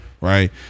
Right